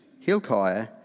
Hilkiah